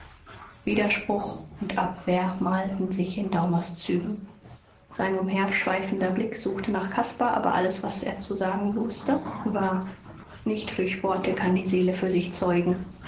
widerspruch und abwehr malten sich in daumers zügen sein umherschweifender blick suchte nach caspar aber alles was er zu sagen wußte war nicht durch worte kann die seele für sich zeugen